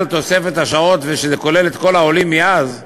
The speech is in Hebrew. תוספת השעות ושזה כולל את כל העולים מאז,